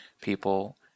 people